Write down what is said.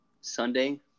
Sunday